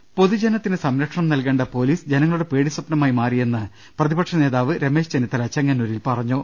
രദ്ദേഷ്ടങ പൊതുജനത്തിന് സംരക്ഷണം നൽകേണ്ട പൊലീസ് ജനങ്ങളുടെ പേടി സ്വപ്നമായി മാറിയെന്ന് പ്രതിപക്ഷ നേതാവ് രമേശ് ചെന്നിത്തല ചെങ്ങന്നൂ രിൽ പറഞ്ഞു